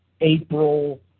April